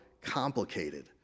complicated